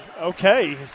Okay